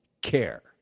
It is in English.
care